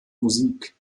musik